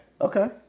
Okay